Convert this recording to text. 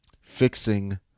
fixing